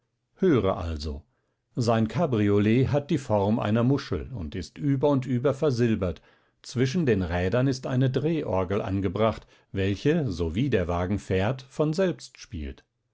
höre also sein kabriolett hat die form einer muschel und ist über und über versilbert zwischen den rädern ist eine drehorgel angebracht welche sowie der wagen fährt von selbst spielt